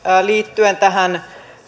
liittyen tähän